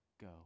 go